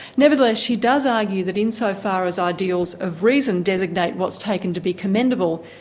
nevertheless she does argue that, insofar as ideals of reason designate what's taken to be commendable,